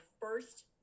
first